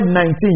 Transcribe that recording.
19